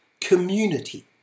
community